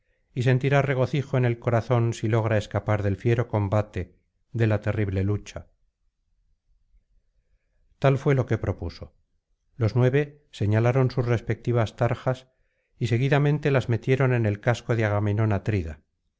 y sentirá regocijo en el corazón si logra escapar del fiero combate de la terrible lucha tal fué lo que propuso los nueve señalaron sus respectivas tarjas y seguidamente las metieron en el casco de agamenón atrida